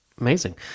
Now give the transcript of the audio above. Amazing